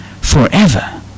forever